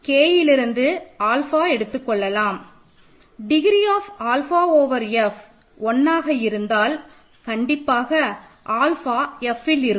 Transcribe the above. Kயிலிலிருந்து alpha எடுத்துக்கொள்ளலாம் degree of alpha over F 1 ஆக இருந்தால் கண்டிப்பாக ஆல்ஃபா F இல் இருக்கும்